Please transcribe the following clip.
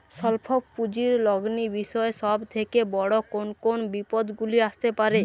স্বল্প পুঁজির লগ্নি বিষয়ে সব থেকে বড় কোন কোন বিপদগুলি আসতে পারে?